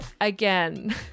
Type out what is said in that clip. again